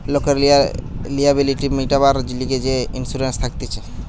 লোকের লিয়াবিলিটি মিটিবার লিগে যে ইন্সুরেন্স থাকতিছে